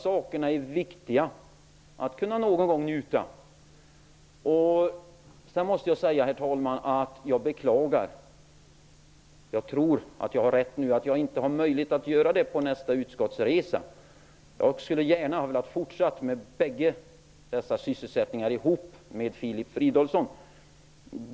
Det är bra att någon gång få njuta av både det ena och det andra av detta. Herr talman! Jag tror att jag har rätt när jag säger att jag beklagligtvis inte kommer att ha möjlighet att fortsätta med båda dessa sysselsättningar tillsammans med Filip Fridolfsson.